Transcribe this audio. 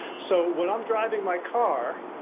so when i'm driving my car,